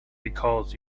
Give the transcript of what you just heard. because